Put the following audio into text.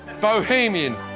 bohemian